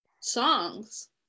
songs